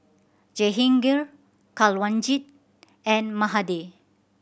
Jehangirr Kanwaljit and Mahade